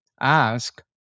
ask